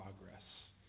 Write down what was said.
progress